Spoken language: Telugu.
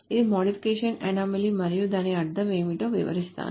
ఇది మోడిఫికేషన్ అనామలీ మరియు దాని అర్థం ఏమిటో వివరిస్తాను